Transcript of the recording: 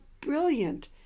brilliant